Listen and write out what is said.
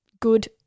good